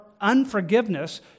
unforgiveness